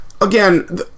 again